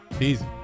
Easy